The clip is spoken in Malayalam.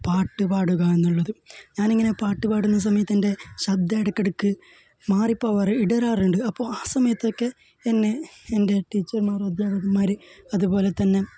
പാട്ട് പാടുക എന്നുള്ളത് ഞാനിങ്ങനെ പാട്ട് പാടുന്ന സമയത്തെന്റെ ശബ്ദം ഇടയ്ക്കിടയ്ക്ക് മാറിപ്പോവാറ് ഇടറാറുണ്ട് അപ്പോൾ ആ സമയത്തൊക്കെ എന്നെ എന്റെ ടീച്ചര്മാർ അദ്ധ്യാപകന്മാർ അതുപോലെ തന്നെ